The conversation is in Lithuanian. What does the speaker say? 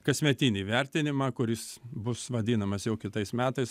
kasmetinį vertinimą kuris bus vadinamas jau kitais metais